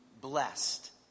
blessed